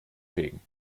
fegen